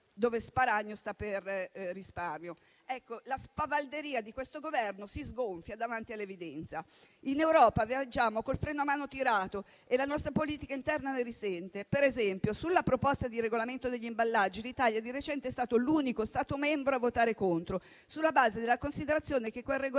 (dove «sparagno» sta per risparmio). La spavalderia di questo Governo si sgonfia davanti all'evidenza. In Europa viaggiamo con il freno a mano tirato e la nostra politica interna ne risente. Per esempio, sulla proposta di regolamento degli imballaggi l'Italia di recente è stato l'unico Stato membro a votare contro, sulla base della considerazione che quel regolamento